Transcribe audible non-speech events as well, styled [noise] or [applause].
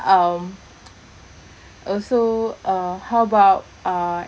um [noise] also uh how about err